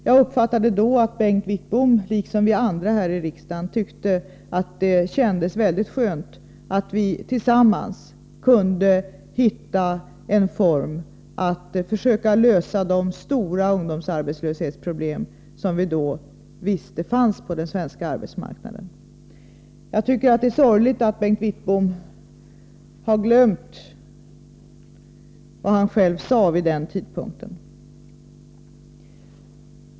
Jag uppfattade då att Bengt Wittbom, liksom vi andra här i riksdagen, tyckte att det kändes mycket skönt att vi tillsammans kunde hitta en form för att försöka lösa de stora ungdomsarbetslöshetsproblem som vi då visste fanns på den svenska arbetsmarknaden. Jag tycker det är sorgligt att Bengt Wittbom har glömt vad han själv sade vid den tidpunkten.